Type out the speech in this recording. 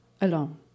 alone